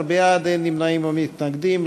13 בעד, אין נמנעים או מתנגדים.